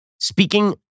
speaking